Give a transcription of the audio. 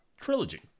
trilogy